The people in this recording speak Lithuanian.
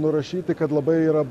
nurašyti kad labai yra